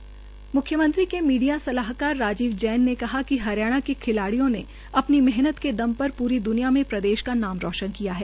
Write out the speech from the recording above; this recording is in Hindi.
म्ख्यमंत्री के मीडिया सलाहकार राजीव जैन ने कहा कि हरियाणा के खिलाड्रियों ने अपनी मेहनत के दम पर पूरी द्दनिया में प्रदेश का नाम रोशन किया है